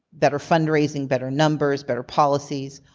better fundraising, better numbers, better policies,